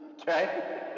Okay